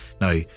Now